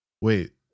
Wait